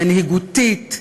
מנהיגותית,